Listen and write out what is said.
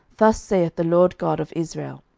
thus saith the lord god of israel,